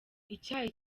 icyayi